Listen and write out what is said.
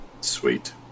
Sweet